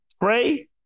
Pray